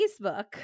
Facebook